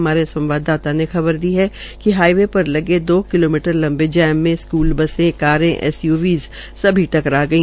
हमारे संवाददाता ने खबर दी है कि हाइवे पर लगे दो किलोमीटर लंबे जाम में स्कूल बसें कारें एसयूवीस सभी टकरा गई